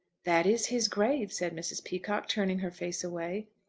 that is his grave, said mrs. peacocke, turning her face away.